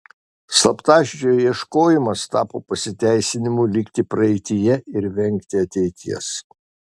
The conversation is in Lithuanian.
slaptažodžio ieškojimas tapo pasiteisinimu likti praeityje ir vengti ateities